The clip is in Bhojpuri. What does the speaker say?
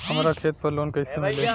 हमरा खेत पर लोन कैसे मिली?